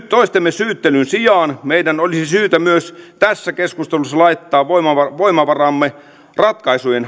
toistemme syyttelyn sijaan meidän olisi syytä myös tässä keskustelussa laittaa voimavaramme voimavaramme ratkaisujen